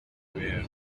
hardware